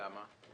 למה?